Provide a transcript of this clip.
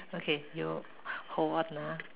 okay you hold on